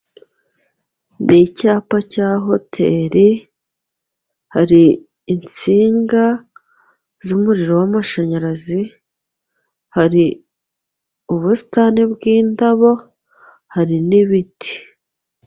Ni icyapa cya hoteri, hari insinga z'umuriro w' amashanyarazi, hari ubusitani bw'indabo, hari n'ibiti.